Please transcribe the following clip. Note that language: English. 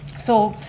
so,